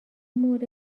مورد